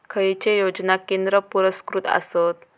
खैचे योजना केंद्र पुरस्कृत आसत?